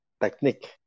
technique